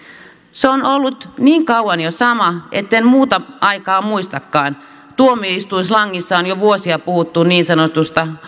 se on ollut niin kauan jo sama etten muuta aikaa muistakaan tuomioistuinslangissa on jo vuosia puhuttu niin sanotusta